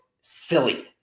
silly